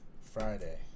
Friday